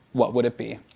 what would it be?